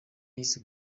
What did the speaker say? y’isi